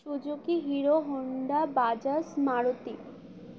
Suzuki Hero Honda Bajaj Maruti